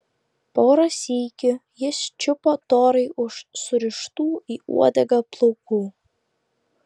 porą sykių jis čiupo torai už surištų į uodegą plaukų